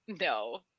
No